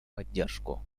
поддержку